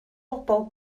bobl